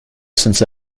since